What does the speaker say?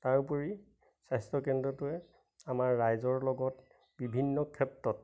তাৰোপৰি স্বাস্থ্যকেন্দ্ৰটোৱে আমাৰ ৰাইজৰ লগত বিভিন্ন ক্ষেত্ৰত